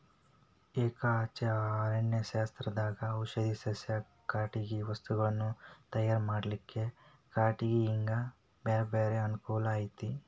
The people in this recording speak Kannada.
ಎಕಹಚ್ಚೆ ಅರಣ್ಯಶಾಸ್ತ್ರದಾಗ ಔಷಧಿ ಸಸ್ಯ, ಕಟಗಿ ವಸ್ತುಗಳನ್ನ ತಯಾರ್ ಮಾಡ್ಲಿಕ್ಕೆ ಕಟಿಗಿ ಹಿಂಗ ಬ್ಯಾರ್ಬ್ಯಾರೇ ಅನುಕೂಲ ಐತಿ